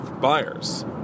buyers